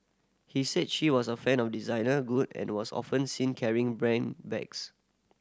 he said she was a fan of designer good and was often seen carrying branded bags